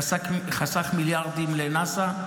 חסך מיליארדים לנאס"א,